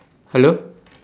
hello